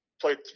played